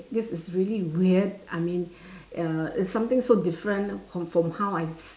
this is really weird I mean uh it's something so different from from how I